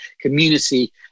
community